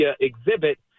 exhibit